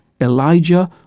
Elijah